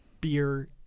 beer